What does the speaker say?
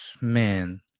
man